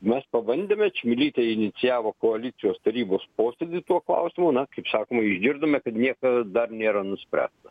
mes pabandėme čmilytė inicijavo koalicijos tarybos posėdį tuo klausimu na kaip sakoma išgirdome kad nieko dar nėra nuspręsta